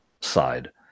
side